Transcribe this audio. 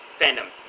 fandom